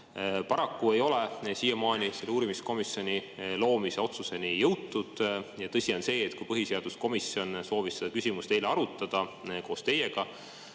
Paraku ei ole siiamaani uurimiskomisjoni loomise otsuseni jõutud. Tõsi on see, et kui põhiseaduskomisjon soovis seda küsimust eile arutada, koos teiega,